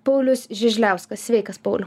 paulius žižliauskas sveikas pauliau